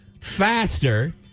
faster